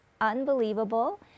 unbelievable